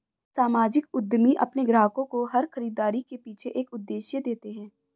सामाजिक उद्यमी अपने ग्राहकों को हर खरीदारी के पीछे एक उद्देश्य देते हैं